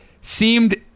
seemed